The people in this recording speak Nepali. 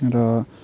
र